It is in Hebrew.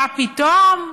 מה פתאום,